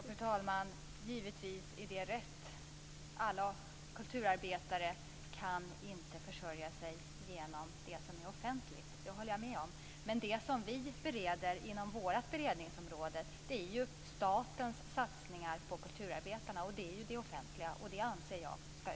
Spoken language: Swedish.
Fru talman! Givetvis är det rätt: Alla kulturarbetare kan inte försörja sig genom det offentliga. Jag håller med om det. Men inom vårt beredningsområde ligger statens satsningar på kulturarbetarna, och jag anser att de skall öka.